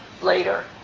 later